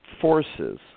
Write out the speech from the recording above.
forces